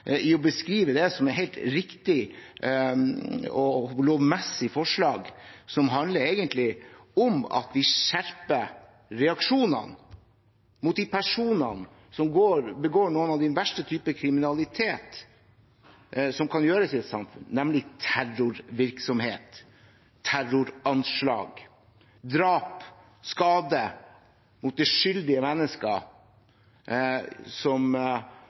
i å beskrive det som er helt riktige og lovmessige forslag, som egentlig handler om at vi skjerper reaksjonene mot de personene som begår noe av den verste typen kriminalitet som kan gjøres i et samfunn, nemlig terrorvirksomhet, terroranslag, drap og skade mot uskyldige mennesker som